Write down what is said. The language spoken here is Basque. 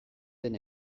den